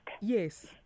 Yes